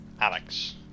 Alex